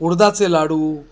उडदाचे लाडू